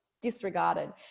disregarded